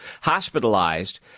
hospitalized